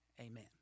amen